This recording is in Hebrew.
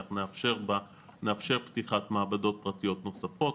שאנחנו נאפשר פתיחת מעבדות פרטיות נוספות.